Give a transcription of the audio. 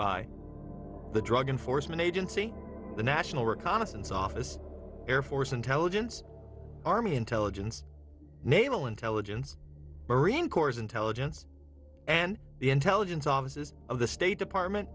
by the drug enforcement agency the national reconnaissance office air force intelligence army intelligence naval intelligence marine corps intelligence and intelligence offices of the state department